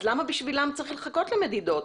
למה בשבילם צריך לחכות למדידות?